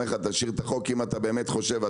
תשאיר את החוק אם אתה באמת חושב,